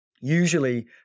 Usually